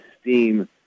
steam